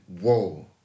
Whoa